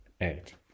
eight